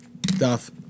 Doth